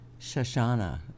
Shoshana